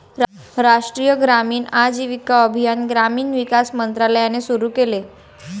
राष्ट्रीय ग्रामीण आजीविका अभियान ग्रामीण विकास मंत्रालयाने सुरू केले